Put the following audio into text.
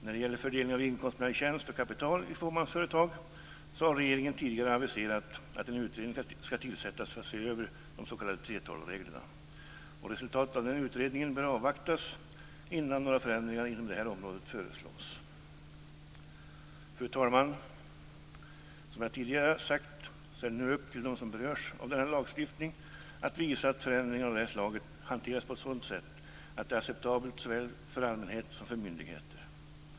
När det gäller fördelningen av inkomst mellan tjänst och kapital i fåmansföretag har regeringen tidigare aviserat att en utredning ska tillsättas för att se över de s.k. 3:12-reglerna. Resultatet av den utredningen bör avvaktas innan några förändringar inom det här området föreslås. Fru talman! Som jag tidigare har sagt är det nu upp till dem som berörs av den här lagstiftningen att visa att förändringar av det här slaget hanteras på ett sådant sätt att det är acceptabelt såväl för allmänheten som för myndigheter.